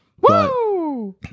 Woo